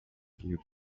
you